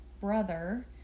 brother